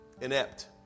inept